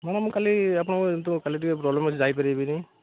madam ମୁଁ କାଲି ଆପଣଙ୍କ ଏଇ ଯେଉଁ କାଲି ଟିକେ ପ୍ରୋବ୍ଲେମ୍ ଅଛି ଯାଇପାରିବିନି